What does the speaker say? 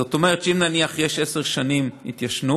זאת אומרת שאם נניח יש עשר שנים התיישנות,